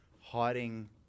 hiding